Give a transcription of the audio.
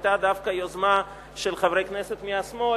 היתה דווקא יוזמה של חברי כנסת מהשמאל,